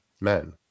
men